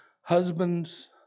Husbands